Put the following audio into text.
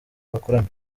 bakorana